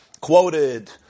quoted